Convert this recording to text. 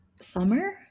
Summer